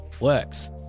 works